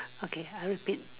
okay I repeat